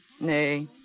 Nay